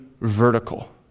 vertical